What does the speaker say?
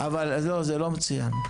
מצוין.